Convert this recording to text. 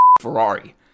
Ferrari